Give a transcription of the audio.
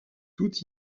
tout